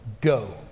go